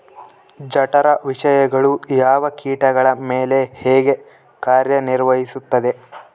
ಜಠರ ವಿಷಯಗಳು ಯಾವ ಕೇಟಗಳ ಮೇಲೆ ಹೇಗೆ ಕಾರ್ಯ ನಿರ್ವಹಿಸುತ್ತದೆ?